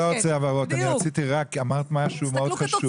אמרת משהו מאוד חשוב.